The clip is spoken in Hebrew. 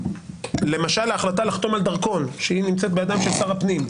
למשל החלטה לחתום על דרכון שהיא בידי שר הפנים,